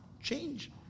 Change